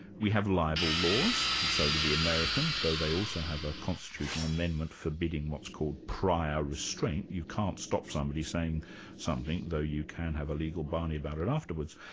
we have libel laws, so do the americans, though they also have a constitutional amendment forbidding what's called prior restraint you can't stop somebody saying something, though you can have a legal barney about it afterwards.